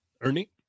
Ernie